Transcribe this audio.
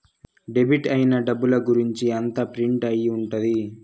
debit అయిన డబ్బుల గురుంచి అంతా ప్రింట్ అయి ఉంటది